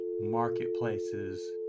marketplaces